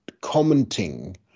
commenting